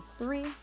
three